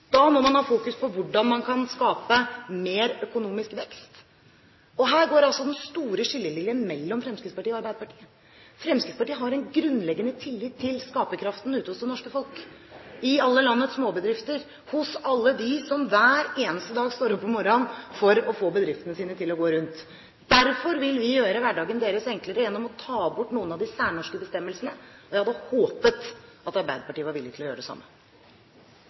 Da må man ha fokus på hvordan man kan skape mer økonomisk vekst, og her går altså den store skillelinjen mellom Fremskrittspartiet og Arbeiderpartiet. Fremskrittspartiet har en grunnleggende tillit til skaperkraften ute hos det norske folk, i alle landets småbedrifter, hos alle dem som hver eneste dag står opp om morgenen for å få bedriftene sine til å gå rundt. Derfor vil vi gjøre hverdagen deres enklere gjennom å ta bort noen av de særnorske bestemmelsene. Jeg hadde håpet at Arbeiderpartiet var villig til å gjøre det samme.